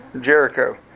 Jericho